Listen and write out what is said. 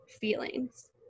feelings